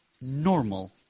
normal